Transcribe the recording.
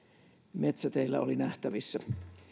metsäteillä oli nähtävissä